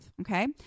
Okay